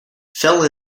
fell